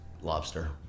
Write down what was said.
lobster